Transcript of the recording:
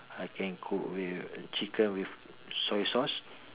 I can cook with chicken with soy sauce